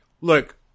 look